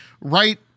right